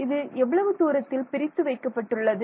இது எவ்வளவு தூரத்தில் பிரித்து வைக்கப்பட்டுள்ளது